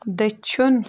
دٔچھُن